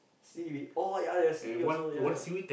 Siri oh ya ya Siri also ya ya